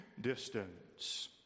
distance